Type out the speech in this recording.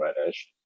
Reddish